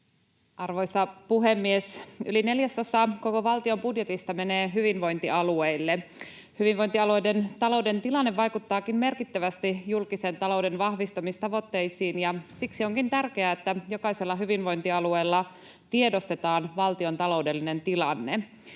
Arvoisa puhemies! Yli neljäsosa koko valtion budjetista menee hyvinvointialueille. Hyvinvointialueiden talouden tilanne vaikuttaakin merkittävästi julkisen talouden vahvistamistavoitteisiin ja siksi onkin tärkeää, että jokaisella hyvinvointialueella tiedostetaan valtion taloudellinen tilanne.